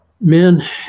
men